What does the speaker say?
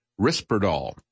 Risperdal